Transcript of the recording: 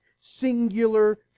singular